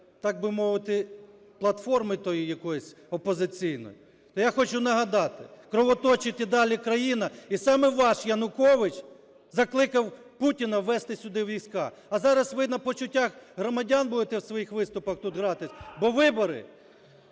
так би мовити, платформи тої якоїсь опозиційної. Я хочу нагадати, кровоточить і далі країна, і саме ваш Янукович закликав Путіна ввести сюди війська. А зараз ви на почуттях громадян будете у своїх виступах тут гратись, бо вибори?